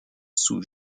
sous